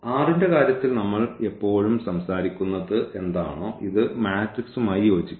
r ന്റെ കാര്യത്തിൽ നമ്മൾ എപ്പോഴും സംസാരിക്കുന്നത് എന്താണോ ഇത് മാട്രിക്സുമായി യോജിക്കുന്നു